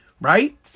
right